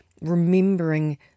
remembering